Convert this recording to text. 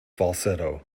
falsetto